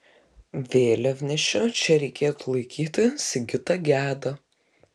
vėliavnešiu čia reikėtų laikyti sigitą gedą